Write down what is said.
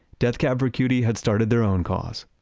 death cab for cutie had started their own cause,